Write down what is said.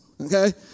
okay